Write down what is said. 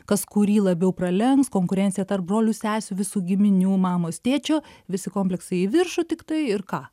kas kurį labiau pralenks konkurencija tarp brolių sesių visų giminių mamos tėčio visi kompleksai į viršų tiktai ir ką